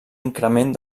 increment